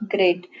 Great